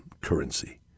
currency